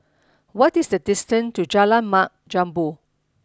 what is the distance to Jalan Mat Jambol